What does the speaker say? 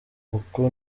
uku